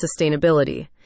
sustainability